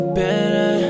better